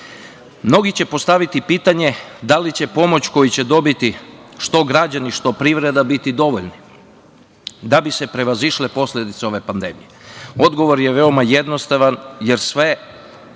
će postaviti pitanje da li će pomoć koju će dobiti što građani, što privreda biti dovoljni da bi se prevazišle posledice ove pandemije. Odgovor je veoma jednostavan, jer se